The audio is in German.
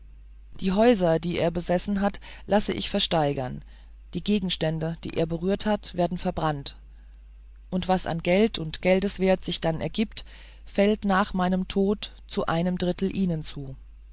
die häuser die er besessen hat lasse ich versteigern die gegenstände die er berührt hat werden verbrannt und was an geld und geldeswert sich dann ergibt fällt nach meinem tode zu einem drittel ihnen zu